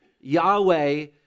Yahweh